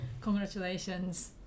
Congratulations